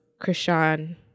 Krishan